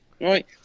right